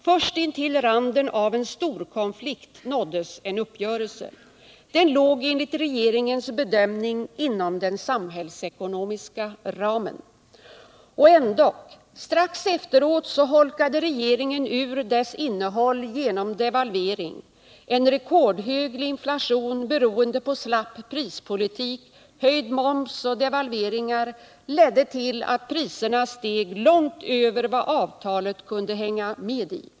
Först intill randen av en storkonflikt nåddes en uppgörelse. Den låg enligt regeringens bedömning inom den ”samhällsekonomiska ramen”. Och ändock. Strax efteråt holkade regeringen ur dess innehåll genom devalvering. En rekordhög inflation beroende på slapp prispolitik, höjd moms och devalveringar ledde till att priserna steg långt över vad avtalet kunde hänga med i.